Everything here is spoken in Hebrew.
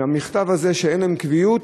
עם המכתב הזה שאין להן קביעות,